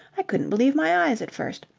i couldn't believe my eyes at first.